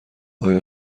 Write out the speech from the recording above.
آیا